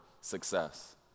success